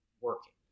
working